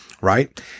Right